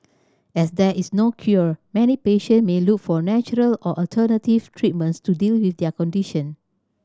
as there is no cure many patient may look for natural or alternative treatments to deal with their condition